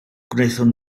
gwnaethon